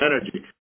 energy